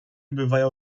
bywają